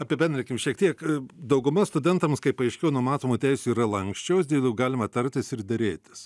apibendrinkim šiek tiek dauguma studentams kaip paaiškėjo numatomų teisių yra lanksčios dėl jų galima tartis ir derėtis